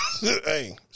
Hey